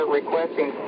requesting